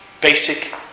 Basic